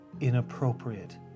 inappropriate